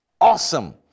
Awesome